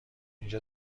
اینجا